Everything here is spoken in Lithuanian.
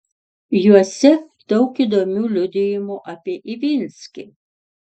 juose daug įdomių liudijimų apie ivinskį